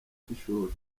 cy’ishuri